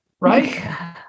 right